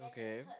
okay